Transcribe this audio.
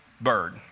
bird